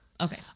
Okay